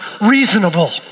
reasonable